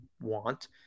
want